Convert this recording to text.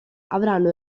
avranno